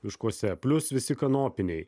miškuose plius visi kanopiniai